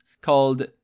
called